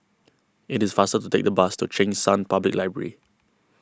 it is faster to take the bus to Cheng San Public Library